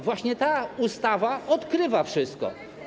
Właśnie ta ustawa odkrywa wszystko.